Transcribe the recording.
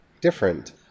different